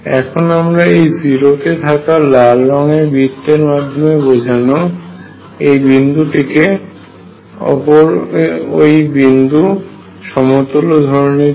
এখন আমরা এই 0 তে থাকা লাল রঙের বৃত্তের মাধ্যমে বোঝানো এই বিন্দুটি কে ওপর ওই বিন্দুর সমতুল্য ধরে নিচ্ছি